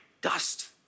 dust